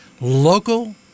local